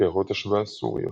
קערות השבעה סוריות